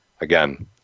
again